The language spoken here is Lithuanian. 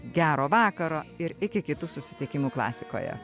gero vakaro ir iki kitų susitikimų klasikoje